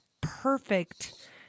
perfect